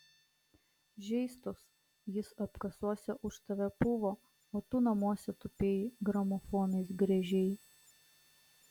žeistos jis apkasuose už tave puvo o tu namuose tupėjai gramofonais griežei